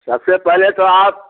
अच्छा फिर पहले तो आप